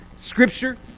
Scripture